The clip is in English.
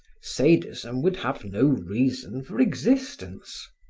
sadism would have no reason for existence.